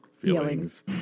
Feelings